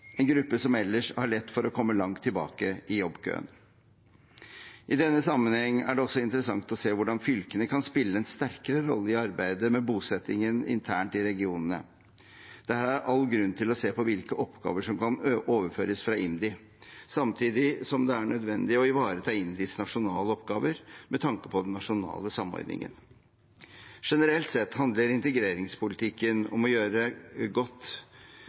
en gruppe som ellers har lett for å komme langt bak i jobbkøen. I denne sammenheng er det også interessant å se hvordan fylkene kan spille en sterkere rolle i arbeidet med bosettingen internt i regionene. Det er her all grunn til å se på hvilke oppgaver som kan overføres fra IMDi, samtidig som det er nødvendig å ivareta IMDis nasjonale oppgaver med tanke på den nasjonale samordningen. Generelt sett handler integreringspolitikken om å gjøre godt